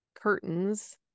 curtains